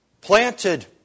planted